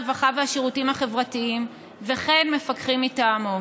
הרווחה והשירותים החברתיים וכן מפקחים מטעמו.